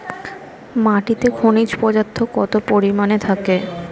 মাটিতে খনিজ পদার্থ কত পরিমাণে থাকে?